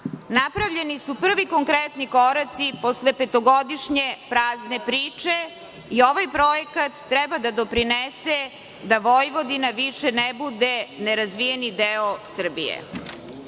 napravljeni su prvi konkretni koraci posle petogodišnje prazne priče i ovaj projekat treba da doprinese da Vojvodina više ne bude nerazvijeni deo Srbije.